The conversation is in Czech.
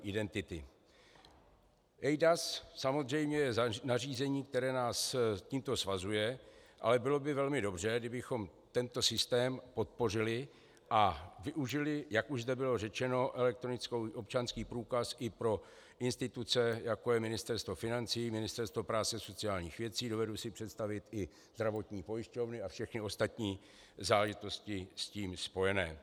eIDAS je samozřejmě nařízení, které nás tímto svazuje, ale bylo by velmi dobře, kdybychom tento systém podpořili a využili, jak už zde bylo řečeno, elektronický občanský průkaz i pro instituce, jako je Ministerstvo financí, Ministerstvo práce a sociálních věcí, dovedu si představit i zdravotní pojišťovny a všechny ostatní záležitosti s tím spojené.